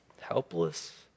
helpless